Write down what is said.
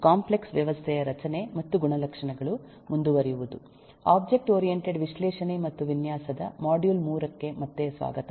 complex ವ್ಯವಸ್ಥೆಯ ರಚನೆ ಮತ್ತು ಗುಣಲಕ್ಷಣಗಳು ಮುಂದುವರಿಯುವುದು ಒಬ್ಜೆಕ್ಟ್ ಓರಿಯಂಟೆಡ್ ವಿಶ್ಲೇಷಣೆ ಮತ್ತು ವಿನ್ಯಾಸದ ಮಾಡ್ಯೂಲ್ 3 ಗೆ ಮತ್ತೆ ಸ್ವಾಗತ